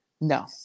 No